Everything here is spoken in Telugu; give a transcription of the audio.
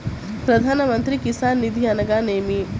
ప్రధాన మంత్రి కిసాన్ నిధి అనగా నేమి?